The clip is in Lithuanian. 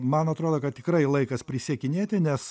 man atrodo kad tikrai laikas prisiekinėti nes